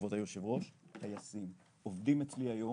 כבוד היושב ראש, טייסים, עובדים אצלי היום